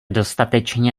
dostatečně